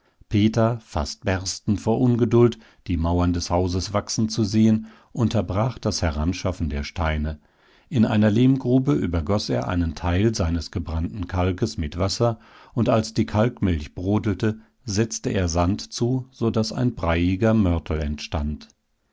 peter fast berstend vor ungeduld die mauern des hauses wachsen zu sehen unterbrach das heranschaffen der steine in einer lehmgrube übergoß er einen teil seines gebrannten kalkes mit wasser und als die kalkmilch brodelte setzte er sand zu so daß ein breiiger mörtel entstand